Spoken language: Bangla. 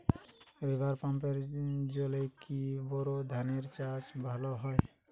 রিভার পাম্পের জলে কি বোর ধানের চাষ ভালো হয়?